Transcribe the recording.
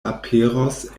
aperos